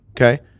okay